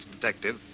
detective